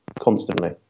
constantly